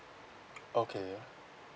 okay